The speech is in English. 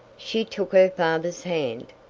she took her father's hand.